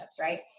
right